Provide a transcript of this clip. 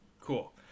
Cool